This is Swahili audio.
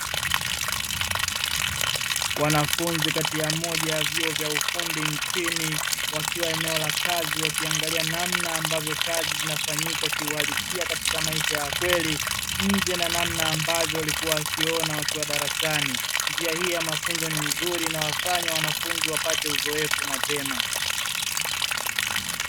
Wanafunzi kati ya moja ya vyuo vya ufundi nchini wakiwa eneo la kazi wakiangalia namna ambavyo kazi zinafanyika kiuharisia katika maisha ya kweli, nje na namna ambavyo walikuwa wakiona wakiwa darasani. Njia hii ya mafunzo ni nzuri na inawafanya wanafunzi wapate uzoefu mapema.